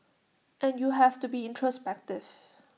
and you have to be introspective